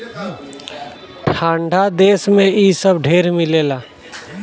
ठंडा देश मे इ सब ढेर मिलेला